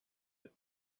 its